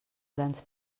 grans